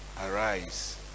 arise